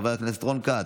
חבר הכנסת רון כץ,